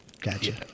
Gotcha